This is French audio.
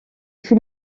fut